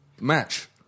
match